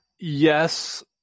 Yes